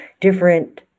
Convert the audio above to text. different